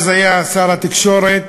אז היה שר התקשורת,